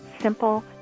simple